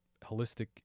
holistic